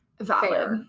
valid